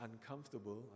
uncomfortable